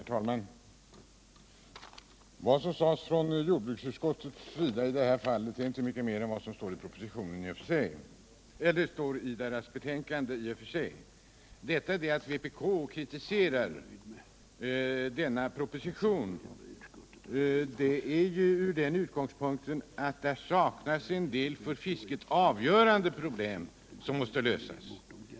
Herr talman! Vad som sades av jordbruksutskottets företrädare var i och för sig inte mycket mer än det som står i betänkandet. Att vpk kritiserar propositionen har sin grund i att där saknas redovisning av en del för fisket avgörande problem som måste lösas.